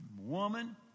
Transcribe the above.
woman